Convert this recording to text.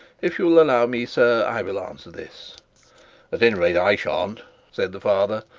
if you will allow me, sir, i will answer this at any rate i shan't said the father,